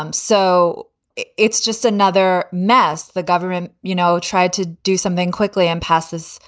um so it's just another mess. the government, you know, tried to do something quickly. impasses,